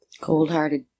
Cold-hearted